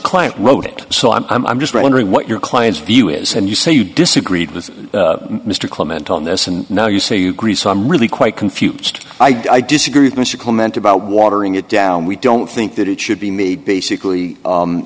client wrote it so i'm i'm just wondering what your client's view is and you say you disagreed with mr clement on this and now you say you agree so i'm really quite confused i disagree with mr comment about watering it down we don't think that it should be made basically